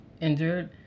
injured